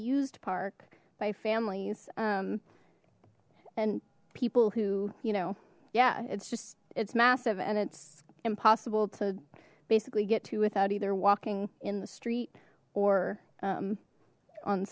used park by families and people who you know yeah it's just it's massive and it's impossible to basically get to without either walking in the street or